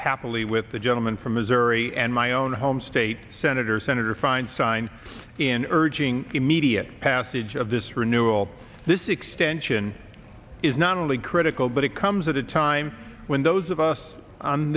happily with the gentleman from missouri and my own home state senator senator feinstein in urging immediate passage of this renewal this extension is not only critical but it comes at a time when those of us